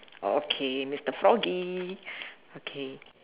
okay mister froggy okay